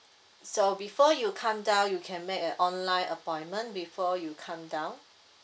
so before you come down you can make an online appointment before you come down